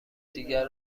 دیگر